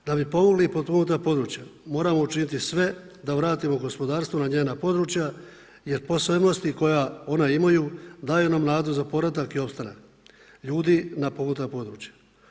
Da bi pomogli potpomognuta područja moramo učiniti sve da vratimo gospodarstvo na njena područja jer posebnosti koja ona imaju daju nam nadu za povratak i opstanak ljudi na potpomognuta područja.